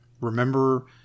Remember